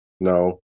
No